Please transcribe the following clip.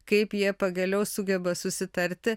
kaip jie pagaliau sugeba susitarti